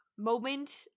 moment